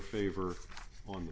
favor on